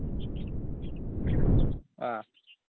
ꯑꯥ